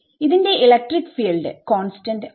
ഇതിന്റെ electric field constant അല്ല